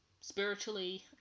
spiritually